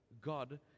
God